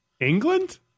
England